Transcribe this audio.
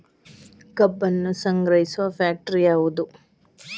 ಕಬ್ಬನ್ನು ಸಂಗ್ರಹಿಸುವ ಫ್ಯಾಕ್ಟರಿ ಯಾವದು?